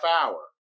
hour